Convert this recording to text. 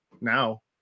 now